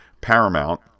Paramount